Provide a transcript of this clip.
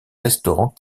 restaurant